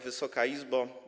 Wysoka Izbo!